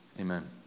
Amen